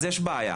אז יש בעיה.